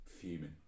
Fuming